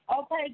Okay